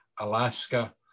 Alaska